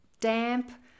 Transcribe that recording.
damp